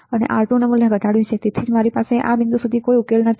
R2 નું મૂલ્ય ઘટાડ્યું છે અને તેથી જ મારી પાસે આ બિંદુ સુધી કોઈ ઉકેલ નથી